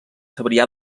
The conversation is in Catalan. cebrià